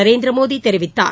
நரேந்திர மோடி தெரிவித்தார்